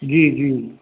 जी जी